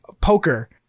poker